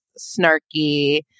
snarky